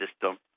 system